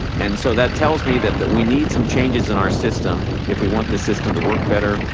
and so that tells me that that we need some changes in our system if we want the system to work better.